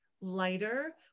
lighter